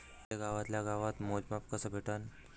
मले गावातल्या गावात मोजमाप कस भेटन?